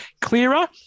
Clearer